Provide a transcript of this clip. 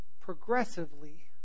progressively